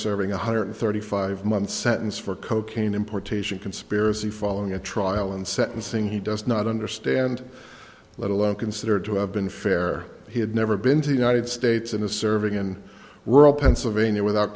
serving one hundred thirty five months sentence for cocaine importation conspiracy following a trial and sentencing he does not understand let alone considered to have been fair he had never been to the united states in a serving in rural pennsylvania without